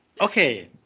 Okay